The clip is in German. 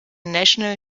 national